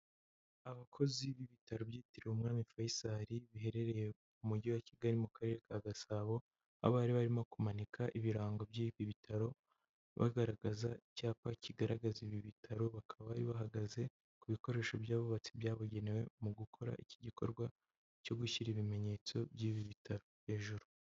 Abakozi b'ibitaro byitiriwe uUmwami Faisal biherereye mu Mujyi wa Kigali mu Karere ka Gasabo, abari barimo kumanika ibirango by'ibi bitaro bagaragaza icyapa kigaragaza ibi bitaro bakaba bari bahagaze ku bikoresho by'abubatsi byabugenewe mu gukora iki gikorwa cyo gushyira ibimenyetso by'ibi bitaro hejuru.